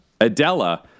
Adela